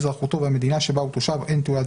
שזה התפקידים הבכירים ביותר.